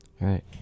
right